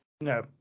No